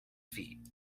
feet